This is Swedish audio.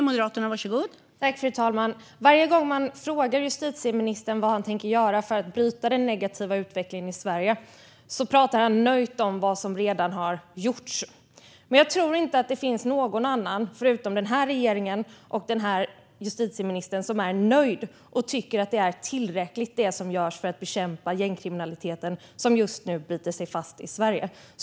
Fru talman! Varje gång man frågar justitieministern vad han tänker göra för att bryta den negativa utvecklingen i Sverige talar han nöjt om vad som redan har gjorts. Men jag tror inte att det finns någon annan än regeringen och justitieministern som är nöjd och tycker att det som görs är tillräckligt för att bekämpa gängkriminaliteten som just nu biter sig fast i Sverige.